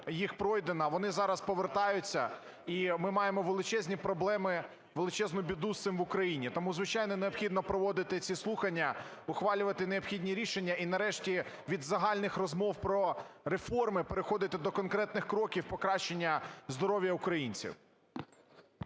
їх пройдена, вони зараз повертаються і ми маємо величезні проблеми, величезну біду з цим в Україні. Тому, звичайно, необхідно проводити ці слухання, ухвалювати необхідні рішення і нарешті від загальних розмов про реформи переходити до конкретних кроків покращення здоров'я українців.